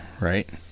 right